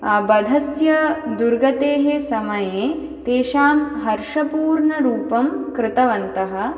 वधस्य दुर्गतेः समये तेषां हर्षपूर्णरूपं कृतवन्तः